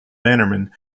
bannerman